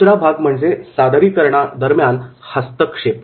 दुसरा भाग म्हणजे सादरीकरण सत्रादरम्यान हस्तक्षेप